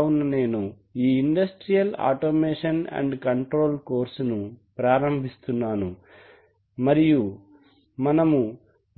కావున నేను ఈ ఇండస్ట్రియల్ ఆటోమేషన్ అండ్ కంట్రోల్ కోర్సును ప్రారంభిస్తున్నాను మరియు మనము